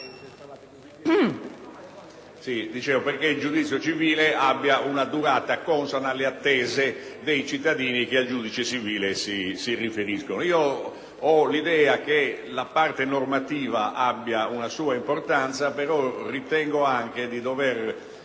sì che il giudizio civile abbia una durata consona alle attese dei cittadini che al giudice civile si rivolgono. Ho l'idea che la parte normativa abbia una sua importanza, però ritengo anche che coloro